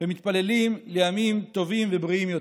ומתפללים לימים טובים ובריאים יותר.